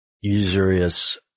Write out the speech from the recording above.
usurious